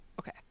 okay